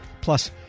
Plus